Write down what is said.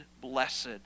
blessed